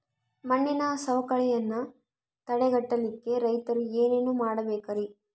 ಮಣ್ಣಿನ ಸವಕಳಿಯನ್ನ ತಡೆಗಟ್ಟಲಿಕ್ಕೆ ರೈತರು ಏನೇನು ಮಾಡಬೇಕರಿ?